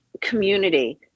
community